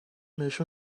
بهشون